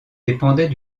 dépendait